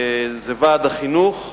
ועד החינוך,